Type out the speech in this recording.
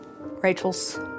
Rachel's